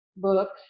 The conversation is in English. books